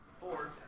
Four